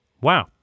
Wow